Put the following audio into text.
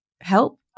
help